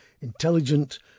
intelligent